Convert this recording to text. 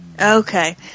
Okay